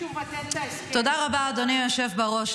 תודה רבה, אדוני היושב בראש.